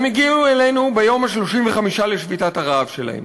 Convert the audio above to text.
הם הגיעו אלינו ביום ה-35 לשביתת הרעב שלהם,